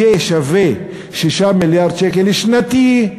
ששווה 6 מיליארד שקל שנתי,